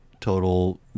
total